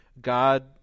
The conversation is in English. God